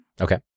Okay